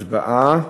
הצבעה.